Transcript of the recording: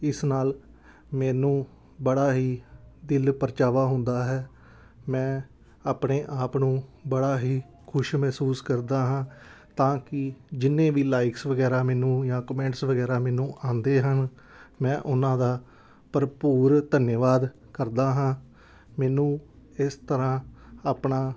ਇਸ ਨਾਲ ਮੈਨੂੰ ਬੜਾ ਹੀ ਦਿਲ ਪਰਚਾਵਾ ਹੁੰਦਾ ਹੈ ਮੈਂ ਆਪਣੇ ਆਪ ਨੂੰ ਬੜਾ ਹੀ ਖੁਸ਼ ਮਹਿਸੂਸ ਕਰਦਾ ਹਾਂ ਤਾਂ ਕਿ ਜਿੰਨੇ ਵੀ ਲਾਇਕਸ ਵਗੈਰਾ ਮੈਨੂੰ ਜਾਂ ਕਮੈਂਟਸ ਵਗੈਰਾ ਮੈਨੂੰ ਆਉਂਦੇ ਹਨ ਮੈਂ ਉਹਨਾਂ ਦਾ ਭਰਪੂਰ ਧੰਨਵਾਦ ਕਰਦਾ ਹਾਂ ਮੈਨੂੰ ਇਸ ਤਰ੍ਹਾਂ ਆਪਣਾ